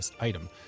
item